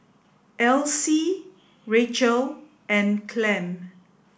L C Rachel and Clem